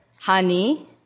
honey